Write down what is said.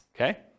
okay